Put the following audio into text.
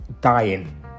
dying